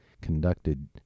conducted